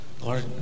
Lord